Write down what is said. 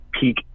peak